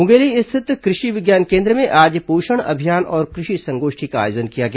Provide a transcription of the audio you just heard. मुंगेली स्थित कृषि विज्ञान केन्द्र में आज पोषण अभियान और कृषि संगोष्ठी का आयोजन किया गया